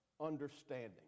understanding